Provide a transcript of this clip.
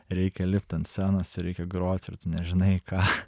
reikia lipt ant scenos ir reikia grot ir tu nežinai ką